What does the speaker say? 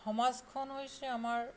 সমাজখন হৈছে আমাৰ